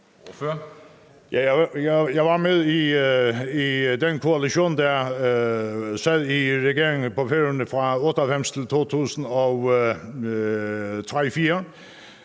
Jeg var med i den koalition, der sad i regering på Færøerne fra 1998-2003,